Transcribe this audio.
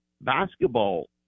basketball